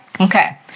Okay